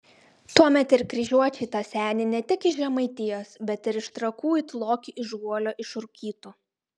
tuomet ir kryžiuočiai tą senį ne tik iš žemaitijos bet ir iš trakų it lokį iš guolio išrūkytų